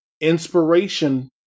Inspiration